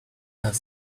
have